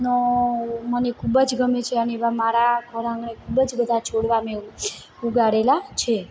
નો મને ખૂબ જ ગમે છે અને મારા ઘરઆંગણે ખૂબ જ બધા છોડવા મેં ઉગાડેલા છે